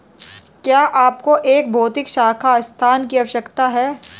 क्या आपको एक भौतिक शाखा स्थान की आवश्यकता है?